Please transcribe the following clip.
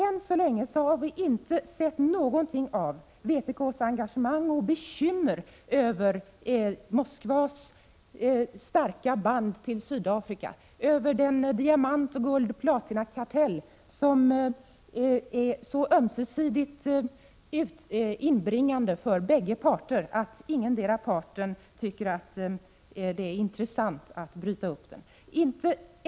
Än så länge har vi inte sett något av vpk:s engagemang och bekymmer över Moskvas starka band till Sydafrika med anledning av den diamant-, guldoch platinakartell som är så inbringande för bägge parter att ingendera parten tycker att det är intressant att bryta upp den.